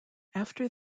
after